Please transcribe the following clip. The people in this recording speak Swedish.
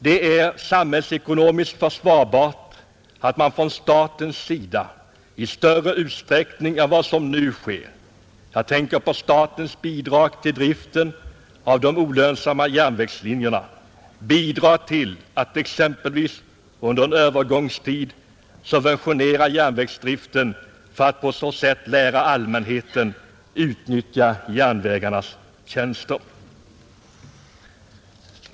Det är samhällsekonomiskt försvarbart att man från samhällets sida i större utsträckning än som för närvarande sker — jag tänker på statens bidrag till driften av de olönsamma järnvägslinjerna — exempelvis under en övergångstid subventionerar järnvägsdriften för att på så sätt lära allmänheten att utnyttja järnvägarnas tjänster.